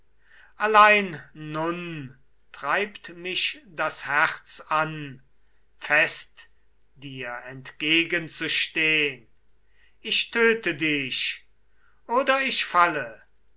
allein nun treibt mich das herz an fest dir entgegen zu stehn ich töte dich oder ich falle